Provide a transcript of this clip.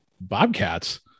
Bobcats